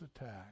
attack